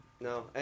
no